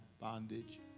bondage